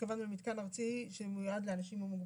התכוונו למתקן ארצי שמיועד לאנשים עם מוגבלות.